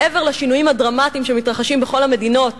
מעבר לשינויים הדרמטיים שמתרחשים בכל המדינות